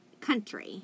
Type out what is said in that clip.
Country